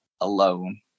alone